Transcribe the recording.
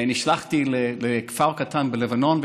נשלחתי לכפר קטן בלבנון,